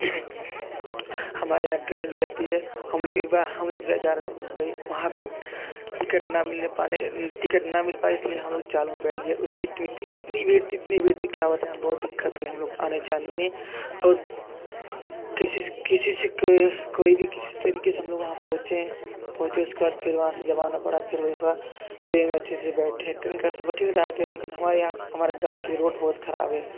हमारे यहाँ ट्रेन भी रहती है हम लोग एक बार हम लोग गए जा रहे थे मुंबई वहाँ पर टिकट न मिलने पाने टिकट न मिलए इसलिए हम लोग चार लोग बैठ गए उस सीट में इतनी भीड़ थी इतनी भीड़ थी क्या बताएँ बहुत दिक्कत हुई हम लोग आने जाने में और किसी से किसी से कोई भी किसी तरीके से हम लोग वहाँ पहुँचे पहुँचे उसके बाद फिर वहाँ से जब आना पड़ा फिर ट्रेन में अच्छे से बैठने का सब ठीक ठाक है लेकिन हमारे यहाँ हमारे गाँव की रोड बहुत खराब है